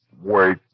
wait